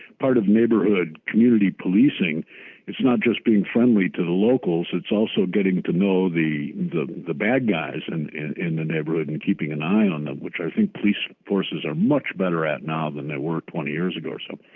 part of neighborhood community policing is not just being friendly to the locals, it's also getting to know the the bad guys and in the neighborhood and keeping an eye on them, which i think police forces are much better at now than they were twenty years ago or so.